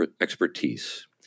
expertise